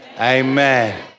Amen